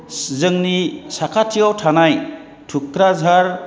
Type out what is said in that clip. जोंनि साखाथियाव थानाय टुक्राझार